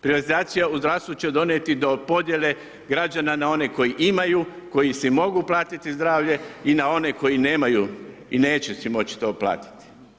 Privatizacija u zdravstvu će donijeti do podjele građana na one koji imaju, koji si mogu platiti zdravlje i na one koji nemaju i neće si moći to platiti.